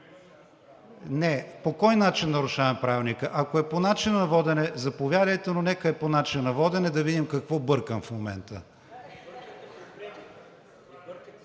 По кой… нарушаваме Правилника? Ако е по начина на водене, заповядайте, но нека да е по начина на водене, за да видим какво бъркам в момента.